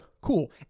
cool